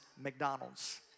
McDonald's